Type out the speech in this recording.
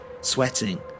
sweating